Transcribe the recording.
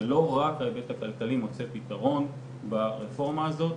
ולא רק ההיבט הכלכלי מוצא פתרון ברפורמה הזאת,